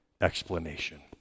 explanation